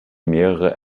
mehrere